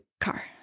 car